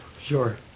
Sure